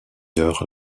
heure